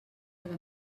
cada